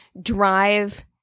drive